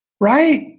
Right